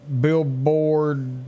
billboard